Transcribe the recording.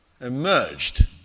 emerged